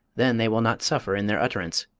then they will not suffer in their utterance,